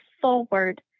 forward